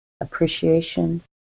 appreciation